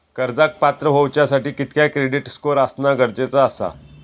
कर्जाक पात्र होवच्यासाठी कितक्या क्रेडिट स्कोअर असणा गरजेचा आसा?